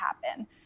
happen